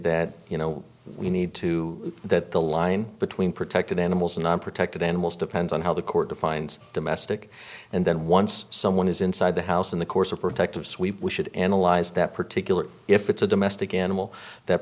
that you know we need to that the line between protected animals and non protected animals depends on how the court defines domestic and then once someone is inside the house in the course of protective sweep we should analyze that particularly if it's a domestic animal that